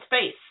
space